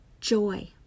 joy